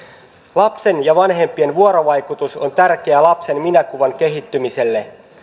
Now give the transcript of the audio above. lapsen ja vanhempien vuorovaikutus on tärkeää lapsen minäkuvan kehittymisessä